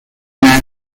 manheim